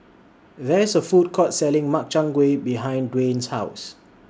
There IS A Food Court Selling Makchang Gui behind Dwain's House